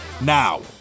now